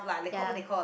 ya